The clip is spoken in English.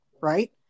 right